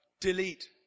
delete